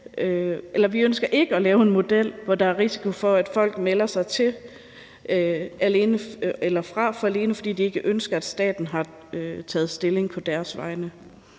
Vi ønsker ikke at lave en model, hvor der er risiko for, at folk melder sig fra, alene fordi de ikke ønsker, at staten har taget stilling på deres vegne.